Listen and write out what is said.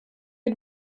had